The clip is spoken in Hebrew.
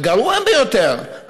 הגרוע ביותר,